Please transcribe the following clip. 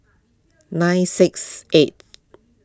nine six eight